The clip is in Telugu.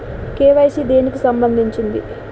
కే.వై.సీ దేనికి సంబందించింది?